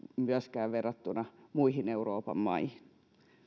myöskään verrattuna muihin euroopan maihin